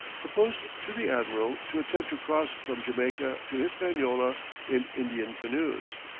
proposed to the admiral to attempt to cross from jamaica to hispaniola in indian canoes.